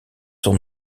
sont